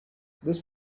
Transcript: these